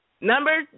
Number